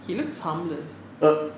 he looks harmless